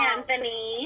Anthony